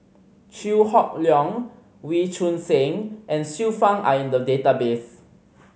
Chew Hock Leong Wee Choon Seng and Xiu Fang are in the database